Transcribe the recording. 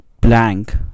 blank